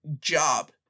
job